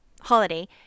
holiday